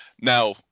Now